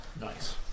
Nice